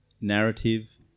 narrative